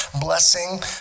blessing